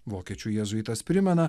vokiečių jėzuitas primena